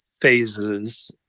phases